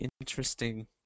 interesting